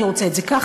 אני רוצה את זה ככה,